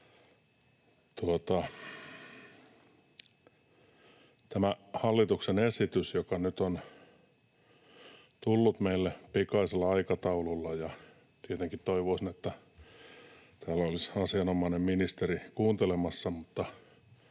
Tämä hallituksen esitys on nyt tullut meille pikaisella aikataululla, ja tietenkin toivoisin, että täällä olisi asianomainen ministeri kuuntelemassa,